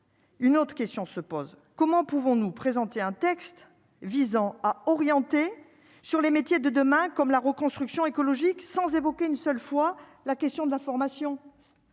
une autre question se pose : comment pouvons nous présenter un texte visant à orienter sur les métiers de demain, comme la reconstruction écologique sans évoquer une seule fois la question de la formation,